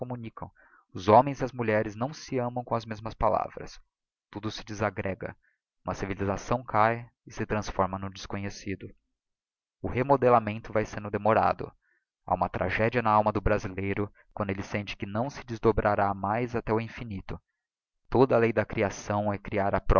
communicam os homens e as mulheres não se amam com as mesmas palavras tudo se desagrega uma civilisação cáe e se transforma no desconhecido o remodelamento vae sendo demorado ha uma tragedia na alma do brasileiro quando elle sente que não se desdobrará mais até ao infinito toda a lei da creação é crear á